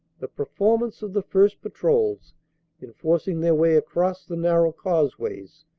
the performance of the first patrols in forcing their way across the narrow causeways,